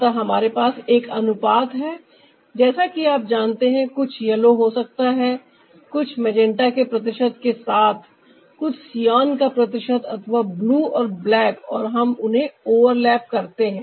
अतः हमारे पास एक अनुपात है जैसा कि आप जानते हैं कुछ येलो हो सकता है कुछ मजेंटा के प्रतिशत के साथ कुछ सियान का प्रतिशत अथवा ब्लू और ब्लैक और हम उन्हें ओवरलैप करते हैं